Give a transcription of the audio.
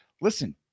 listen